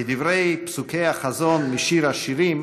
כדברי פסוקי החזון משיר השירים: